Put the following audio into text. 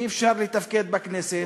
אי-אפשר לתפקד בכנסת,